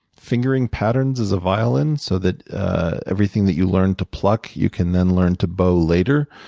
fingering patterns as a violin, so that everything that you learn to pluck, you can then learn to bow later.